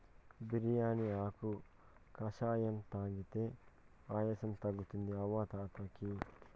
బిర్యానీ ఆకు కషాయం తాగితే ఆయాసం తగ్గుతుంది అవ్వ తాత కియి